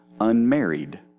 unmarried